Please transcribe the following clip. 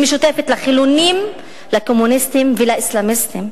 היא משותפת לחילונים, לקומוניסטים ולאסלאמיסטים,